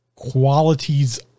Qualities